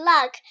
Luck